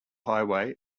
highway